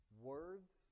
Words